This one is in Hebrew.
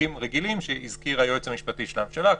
בחוקים רגילים שהזכיר היועץ המשפטי לממשלה,